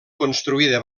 construïda